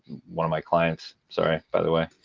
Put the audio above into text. one of my clients sorry by the way.